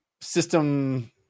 system